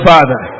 Father